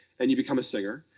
and you become a singer.